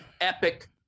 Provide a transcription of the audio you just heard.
epic